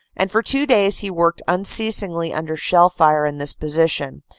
and for two days he worked unceasingly under shell fire in this position,